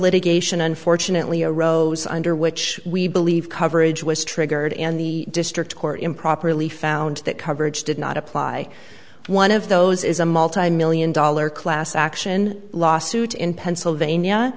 litigation unfortunately arose under which we believe coverage was triggered and the district court improperly found that coverage did not apply one of those is a multimillion dollar class action lawsuit in pennsylvania